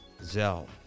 Zell